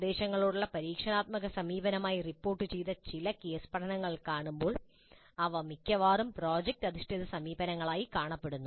നിർദ്ദേശങ്ങളോടുള്ള പരീക്ഷണാത്മക സമീപനമായി റിപ്പോർട്ടുചെയ്ത ചില കേസ് പഠനങ്ങൾ കാണുമ്പോൾ അവ മിക്കവാറും പ്രോജക്റ്റ് അധിഷ്ഠിത സമീപനങ്ങളായി കാണപ്പെടുന്നു